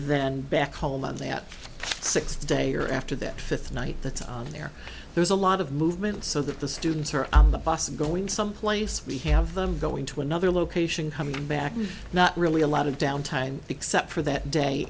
then back home on that six day or after that fifth night that's there there's a lot of movement so that the students are on the bus going someplace we have them going to another location coming back and not really a lot of down time except for that day